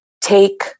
take